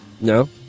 No